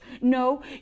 No